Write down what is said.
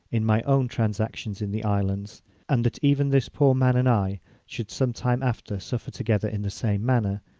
in my own transactions in the islands and that even this poor man and i should some time after suffer together in the same manner,